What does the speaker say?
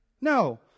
no